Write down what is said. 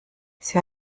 sie